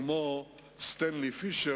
וסופרים,